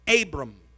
Abram